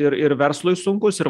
ir ir verslui sunkus ir